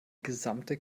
gesamte